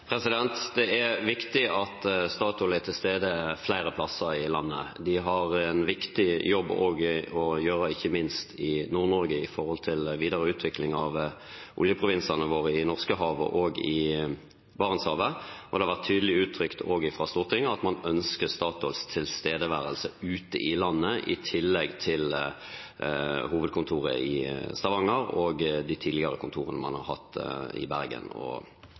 Det er viktig at Statoil er til stede flere plasser i landet. De har en viktig jobb å gjøre, ikke minst i Nord-Norge når det gjelder videre utvikling av oljeprovinsene våre i Norskehavet og i Barentshavet. Det har vært tydelig uttrykt også fra Stortinget at man ønsker Statoils tilstedeværelse ute i landet i tillegg til ved hovedkontoret i Stavanger og de tidligere kontorene man har hatt i Bergen og andre steder. Fra regjeringens side er det ikke uttrykt noen tydelig marsjordre om